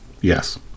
Yes